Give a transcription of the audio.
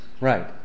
Right